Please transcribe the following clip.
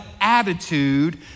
attitude